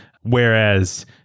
whereas